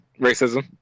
racism